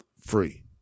free